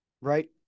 right